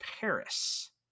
Paris